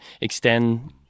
extend